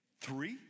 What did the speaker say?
three